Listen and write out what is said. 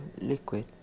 liquid